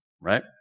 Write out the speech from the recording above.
right